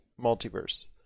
Multiverse